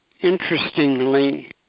interestingly